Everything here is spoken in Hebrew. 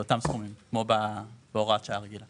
זה אותם סכומים כמו בהוראת שעה הרגילה.